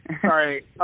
Sorry